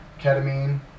ketamine